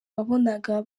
wabonaga